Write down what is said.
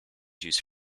use